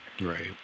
Right